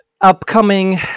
Upcoming